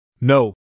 No